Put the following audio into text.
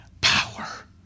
Power